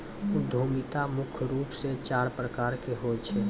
उद्यमिता मुख्य रूप से चार प्रकार के होय छै